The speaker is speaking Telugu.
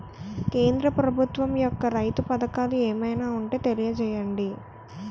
కేంద్ర ప్రభుత్వం యెక్క రైతు పథకాలు ఏమైనా ఉంటే తెలియజేయండి?